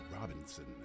robinson